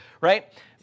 right